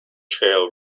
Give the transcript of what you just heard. trail